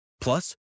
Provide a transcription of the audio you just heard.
Plus